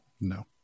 No